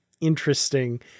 interesting